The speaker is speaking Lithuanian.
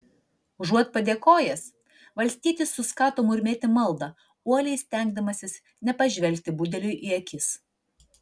užuot padėkojęs valstietis suskato murmėti maldą uoliai stengdamasis nepažvelgti budeliui į akis